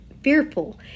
fearful